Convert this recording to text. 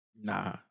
nah